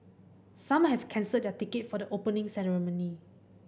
some have cancelled their ticket for the Opening Ceremony